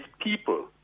people